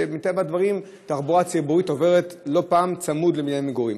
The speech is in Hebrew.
שמטבע הדברים התחבורה הציבורית עוברת לא פעם צמוד לבניין מגורים,